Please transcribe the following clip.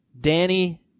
Danny